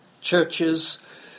churches